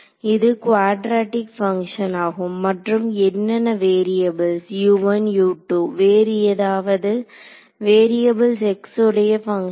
இது quadratic function ஆகும் மற்றும் என்னென்ன வேரியபுள்ஸ் வேறு ஏதாவது வேரியபுள்ஸ் x உடைய பங்க்ஷன்